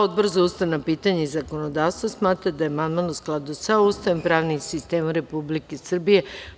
Odbor za ustavna pitanja i zakonodavstvo smatra da je amandman u skladu sa Ustavom i pravnim sistemom Republike Srbije.